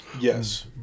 Yes